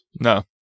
No